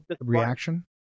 reaction